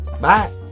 Bye